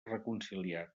reconciliat